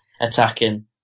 attacking